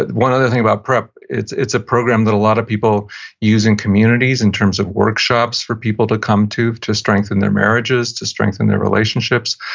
one other thing about prep, it's it's a program that a lot of people use in communities in terms of workshops for people to come to, to strengthen their marriages, to strengthen their relationships.